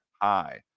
high